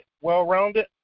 well-rounded